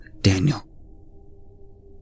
Daniel